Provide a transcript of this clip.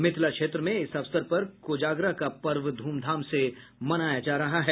मिथिला क्षेत्र में इस अवसर पर कोजागरा का पर्व ध्मधाम से मनाया जा रहा है